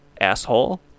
asshole